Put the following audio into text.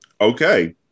okay